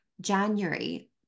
January